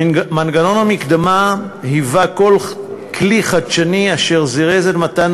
מנגנון המקדמה היה כלי חדשני אשר זירז את מתן